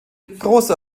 großer